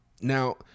Now